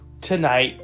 tonight